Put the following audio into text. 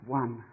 one